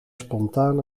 spontaan